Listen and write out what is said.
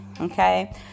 okay